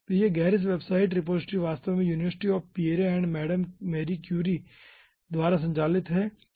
तो यह गेरिस वेबसाइट रिपॉजिटरी वास्तव में university of Pierre and Marie Curie द्वारा संचालित है